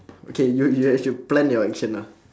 okay you you right should plan your action ah